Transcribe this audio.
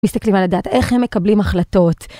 מסתכלים על הדת איך הם מקבלים החלטות.